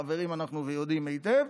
חברים אנחנו ויודעים היטב,